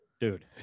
dude